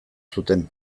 zuten